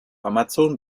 amazon